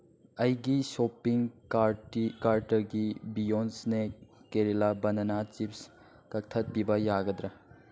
ꯑꯩꯒꯤ ꯁꯣꯄꯤꯡ ꯀꯥꯔꯠꯇꯒꯤ ꯕꯤꯌꯣꯟ ꯏꯁꯅꯦꯛ ꯀꯦꯔꯤꯂꯥ ꯕꯅꯅꯥ ꯆꯤꯞꯁ ꯀꯛꯊꯠꯄꯤꯕ ꯌꯥꯒꯗ꯭ꯔꯥ